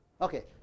Okay